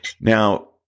Now